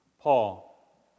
Paul